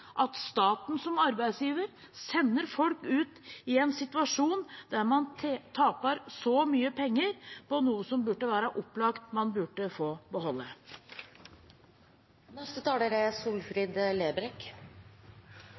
at staten som arbeidsgiver sender folk ut i en situasjon der man taper mye penger på noe det burde være opplagt at man